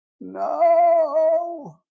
No